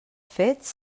fets